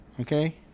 Okay